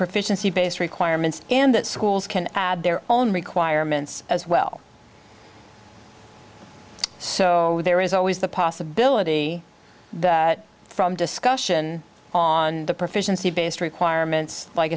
proficiency based requirements and that schools can add their own requirements as well so there is always the possibility that from discussion on the proficiency based requirements like